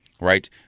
right